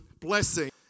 blessing